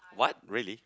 what really